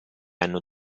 hanno